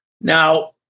Now